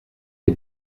des